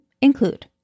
include